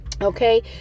okay